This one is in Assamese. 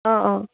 অঁ অঁ